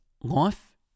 Life